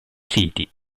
siti